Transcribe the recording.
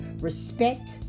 respect